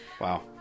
Wow